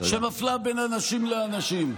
שמפלה בין אנשים לאנשים.